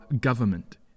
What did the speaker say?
government